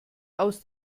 aus